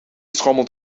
schommelt